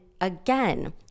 again